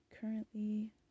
currently